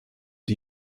die